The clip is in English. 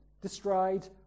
destroyed